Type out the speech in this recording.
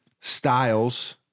Styles